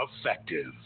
effective